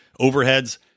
overheads